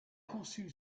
consul